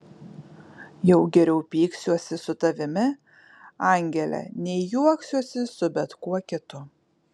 jau geriau pyksiuosi su tavimi angele nei juoksiuosi su bet kuo kitu